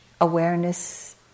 awareness